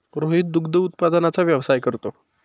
रोहित दुग्ध उत्पादनाचा व्यवसाय करतो